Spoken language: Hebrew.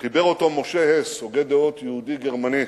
חיבר אותו משה הס, הוגה דעות יהודי גרמני,